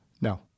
No